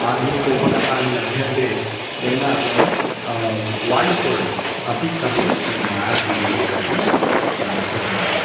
आधुनिक उपकरणानि लभ्यन्ते येन वयं वायुपूरणम् अपि कर्तुं शक्नुमः एर् फिल्लिङ्ग् अपि कर्तुं शक्नुमः